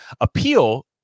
appeal